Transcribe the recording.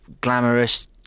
glamorous